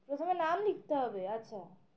প্রথমে নাম লিখতে হবে আচ্ছা